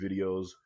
videos